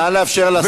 נא לאפשר לשר לדבר.